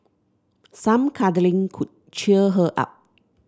some cuddling could cheer her up